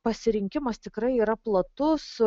pasirinkimas tikrai yra platus